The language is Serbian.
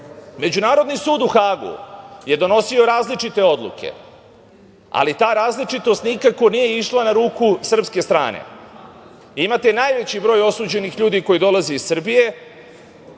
suda.Međunarodni sud u Hagu je donosio različite odluke, ali ta različitost nikako nije išla naruku srpske strane. Imate najveći broj osuđenih ljudi koji dolaze iz Srbije,